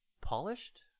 polished